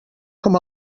com